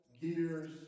gears